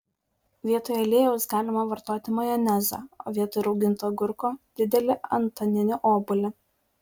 vietoj aliejaus galima vartoti majonezą o vietoj rauginto agurko didelį antaninį obuolį